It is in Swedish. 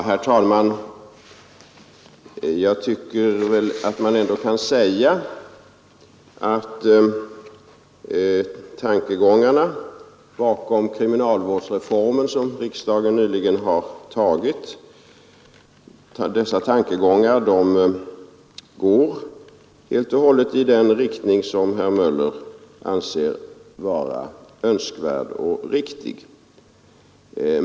Herr talman! Jag tycker att man ändå kan säga att tankegångarna bakom kriminalvårdsreformen, som riksdagen nyligen har fattat beslut om, går helt och hållet i den riktning som herr Möller anser vara önskvärd och riktig.